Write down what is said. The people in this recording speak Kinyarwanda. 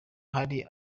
hari